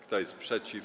Kto jest przeciw?